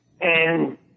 and-